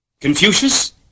Confucius